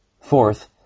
Fourth